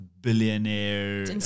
billionaire